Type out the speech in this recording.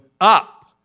up